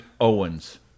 Owens